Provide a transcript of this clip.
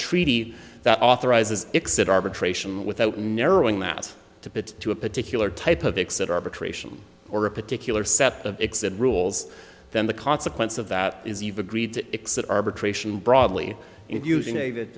treaty that authorizes exit arbitration without narrowing that to put to a particular type of exit arbitration or a particular set of rules then the consequence of that is eve agreed to exit arbitration broadly using a th